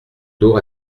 d’eau